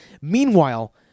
Meanwhile